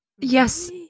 Yes